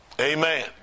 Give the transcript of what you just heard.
Amen